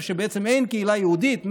שם בעצם אין קהילה יהודית,